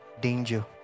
danger